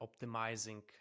optimizing